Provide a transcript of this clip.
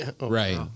Right